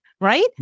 right